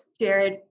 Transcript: Jared